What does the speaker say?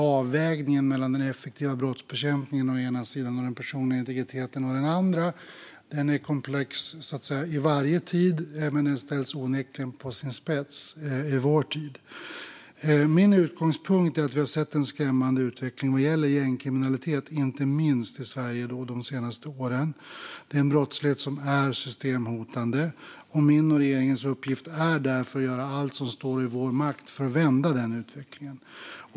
Avvägningen mellan den effektiva brottsbekämpningen å ena sidan och den personliga integriteten å den andra är komplex i varje tid men ställs onekligen på sin spets i vår tid. Min utgångspunkt är att vi har sett en skrämmande utveckling vad gäller gängkriminalitet inte minst i Sverige de senaste åren. Det är en brottslighet som är systemhotande, och min och regeringens uppgift är därför att göra allt som står i vår makt för att vända den utvecklingen.